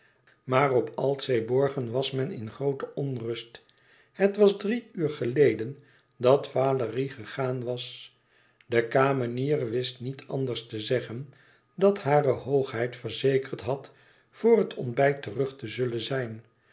maar op altseeborgen was men in groote onrust het was drie uur geleden dat valérie gegaan was de kamenier wist niet anders te zeggen dan dat hare hoogheid verzekerd had voor het ontbijt terug te zullen zijn